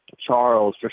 Charles